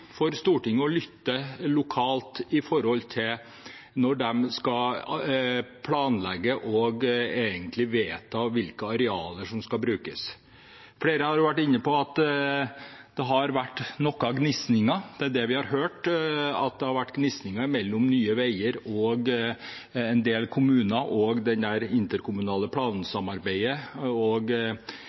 for Stortinget at man lytter lokalt når de skal planlegge og egentlig vedta hvilke arealer som skal brukes. Flere har vært inne på at det har vært noen gnisninger. Det er det vi har hørt, at det har vært gnisninger mellom Nye Veier, en del kommuner og det interkommunale plansamarbeidet da man til syvende og